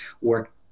work